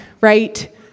right